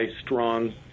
strong